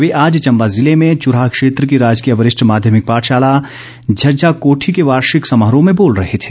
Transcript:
वे आज चंबा जिले में चुराह क्षेत्र की राजकीय वरिष्ठ माध्यमिक पाठशाला झज्जा कोठी के वार्षिक समारोह में बोल रहे थे